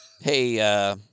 Hey